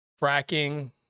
fracking